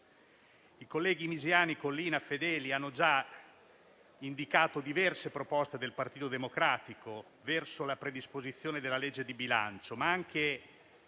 I colleghi Misiani, Collina e Fedeli hanno già indicato diverse proposte del Partito Democratico verso la predisposizione della legge di bilancio, ma anche